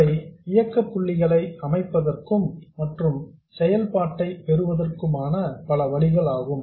அவை இயக்கப் பள்ளிகளை அமைப்பதற்கும் மற்றும் செயல்பாட்டை பெறுவதற்கான பல வழிகள் ஆகும்